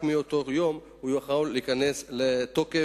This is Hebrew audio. רק מאותו יום הוא יוכל להיכנס לתוקף